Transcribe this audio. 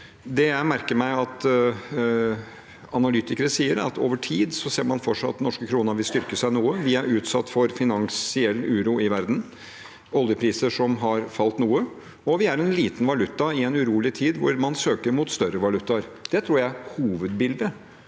Det jeg merker meg at analytikere sier, er at man over tid ser for seg at den norske kronen vil styrke seg noe. Vi er utsatt for finansiell uro i verden, oljepriser som har falt noe, og vi er en liten valuta i en urolig tid hvor man søker mot større valutaer. Det tror jeg er hovedbildet.